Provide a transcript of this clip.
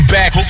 back